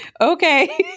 okay